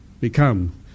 become